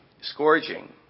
scourging